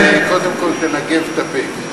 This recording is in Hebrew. קודם כול תנגב את הפה.